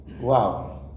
wow